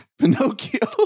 Pinocchio